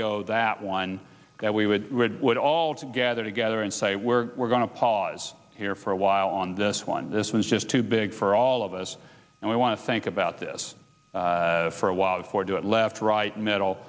go that one that we would would all to gather together and say we're we're going to pause here for a while on this one this was just too big for all of us and we want to think about this for a while before do it left right m